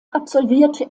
absolvierte